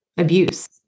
Abuse